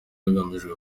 hagamijwe